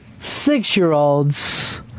six-year-olds